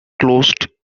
closed